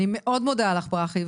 אני מאוד מודה לך ברכי,